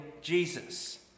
Jesus